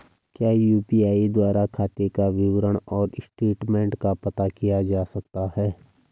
क्या यु.पी.आई द्वारा खाते का विवरण और स्टेटमेंट का पता किया जा सकता है?